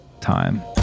time